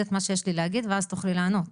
את מה שיש לי להגיד ואז תוכלי לענות.